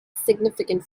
significant